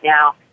now